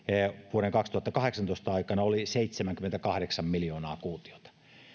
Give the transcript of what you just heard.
vuoden kaksituhattakahdeksantoista aikana oli seitsemänkymmentäkahdeksan miljoonaa kuutiota